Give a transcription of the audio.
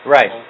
Right